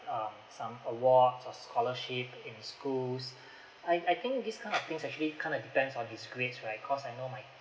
um some awards or scholarship in schools I I think this kind of thing actually kind of depends on his grades right cause I know my